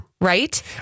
Right